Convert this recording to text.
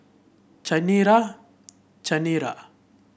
Chanira Chanira